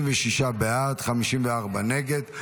36 בעד, 54 נגד.